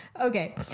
Okay